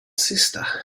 sister